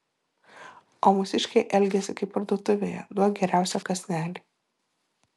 o mūsiškiai elgiasi kaip parduotuvėje duok geriausią kąsnelį